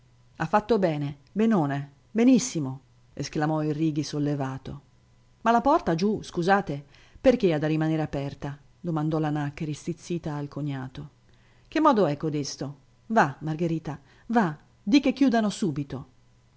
ha fatto bene benone benissimo esclamò il righi sollevato ma la porta giù scusate perché ha da rimanere aperta domandò la nàccheri stizzita al cognato che modo è codesto va margherita va di che chiudano subito